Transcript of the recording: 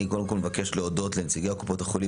אני קודם כל מבקש להודות לנציגי קופות החולים